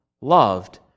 loved